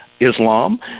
Islam